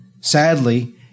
sadly